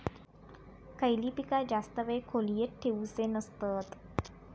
खयली पीका जास्त वेळ खोल्येत ठेवूचे नसतत?